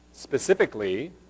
Specifically